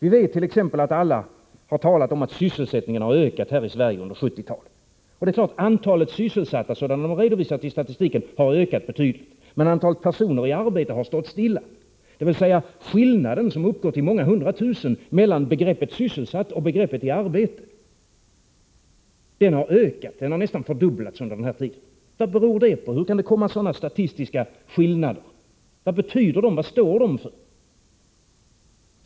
Vi vet t.ex. att alla har talat om att sysselsättningen har ökat här i Sverige under 1970-talet. Det är klart att antalet sysselsatta, som det redovisats i statistiken, har ökat betydligt. Men antalet personer i arbete har stått stilla, dvs. skillnaden, som uppgår till många hundra tusen, mellan begreppet ”sysselsatt” och begreppet ”i arbete” har ökat eller nästan fördubblats under den här tiden. Vad beror det på? Hur kan det uppkomma sådana statistiska skillnader? Vad betyder de? Vad står de för?